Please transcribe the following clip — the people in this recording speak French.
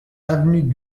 avenue